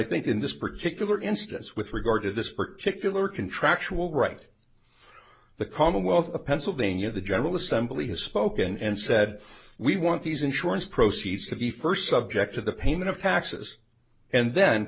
think in this particular instance with regard to this particular contractual right the commonwealth of pennsylvania the general assembly has spoken and said we want these insurance proceeds to be first subject to the payment of taxes and then